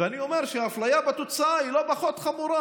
אני אומר שאפליה בתוצאה היא לא פחות חמורה,